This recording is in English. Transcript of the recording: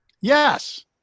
Yes